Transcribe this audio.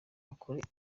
akore